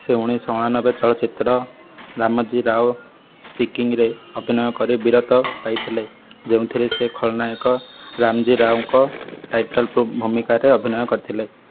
ସେ ଉଣେଇଶି ଶହ ଅଣାନବେ ଚଳଚ୍ଚିତ୍ର ରାମଜୀ ରାଓ ସ୍ପିକିଂରେ ଅଭିନୟ କରି ବିରତି ପାଇଥିଲେ ଯେଉଁଥିରେ ସେ ଖଳନାୟକ ରାମଜୀ ରାଓଙ୍କ ଟାଇଟଲ୍ ଭୂମିକାରେ ଅଭିନୟ କରିଥିଲେ